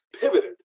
pivoted